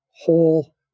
whole